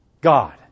God